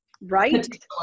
right